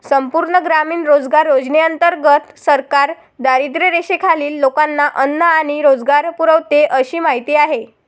संपूर्ण ग्रामीण रोजगार योजनेंतर्गत सरकार दारिद्र्यरेषेखालील लोकांना अन्न आणि रोजगार पुरवते अशी माहिती आहे